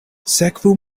sekvu